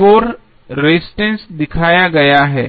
4 resistance दिखाया गया है